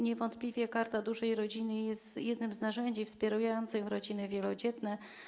Niewątpliwie Karta Dużej Rodziny jest jednym z narzędzi wspierających rodziny wielodzietne.